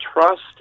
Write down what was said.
trust